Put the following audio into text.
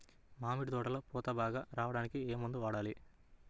మామిడి తోటలో పూత బాగా రావడానికి ఏ మందు వాడాలి?